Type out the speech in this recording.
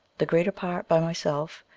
the greater part by myself,